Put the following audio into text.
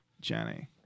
Jenny